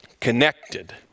connected